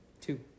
Two